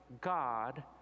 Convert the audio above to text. God